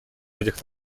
этих